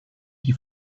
die